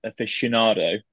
aficionado